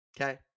Okay